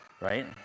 right